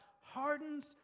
hardens